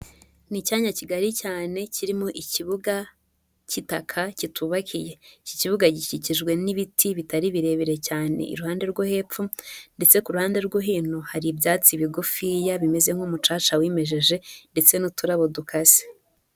Ni icya kigari cyane kirimo ikibuga cy'itaka kitubakiye, ikibuga gikikijwe n'ibiti bitari birebire cyane iruhande rwo hepfo, ndetse ku ruhande rwo hino hari ibyatsi bigufiya bimeze nk'umucaca wimejeje, ndetse n'uturabo dukaze.